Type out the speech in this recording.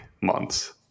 months